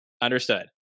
understood